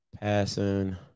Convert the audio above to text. passing